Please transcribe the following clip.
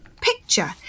picture